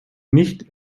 nicht